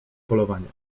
polowanie